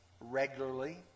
regularly